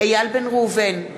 איל בן ראובן,